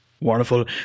Wonderful